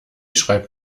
schreibt